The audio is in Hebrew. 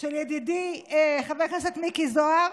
של ידידי חבר הכנסת מיקי זוהר,